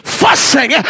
fussing